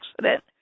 accident